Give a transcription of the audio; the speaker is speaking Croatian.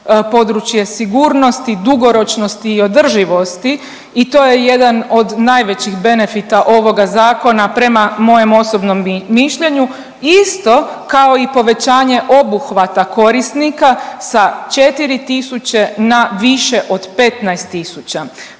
područje sigurnosti, dugoročnosti i održivosti i to je jedan od najvećih benefita ovoga zakona prema mojem osobnom mišljenju isto kao i povećanje obuhvata korisnika sa 4 tisuće na više od 15